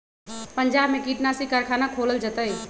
पंजाब में कीटनाशी कारखाना खोलल जतई